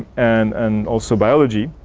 and and also biology.